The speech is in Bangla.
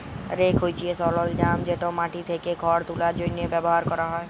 রেক হছে সরলজাম যেট মাটি থ্যাকে খড় তুলার জ্যনহে ব্যাভার ক্যরা হ্যয়